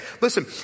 listen